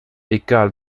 egal